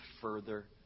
further